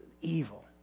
Evil